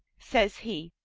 says he,